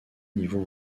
niveau